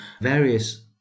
various